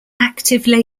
active